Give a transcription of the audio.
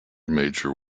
major